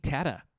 Tata